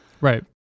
right